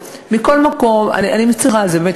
מכל מקום, אני מצרה על זה, באמת.